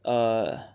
err